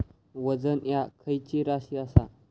वजन ह्या खैची राशी असा?